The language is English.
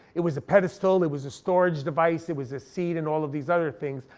it was a pedestal, it was a storage device, it was a scene, and all of these other things,